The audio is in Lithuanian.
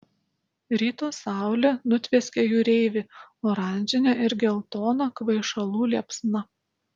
ryto saulė nutvieskė jūreivį oranžine ir geltona kvaišalų liepsna